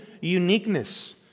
uniqueness